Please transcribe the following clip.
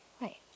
Right